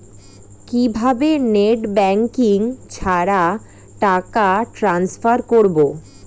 কিভাবে net banking ছাড়া টাকা টান্সফার করব?